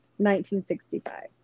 1965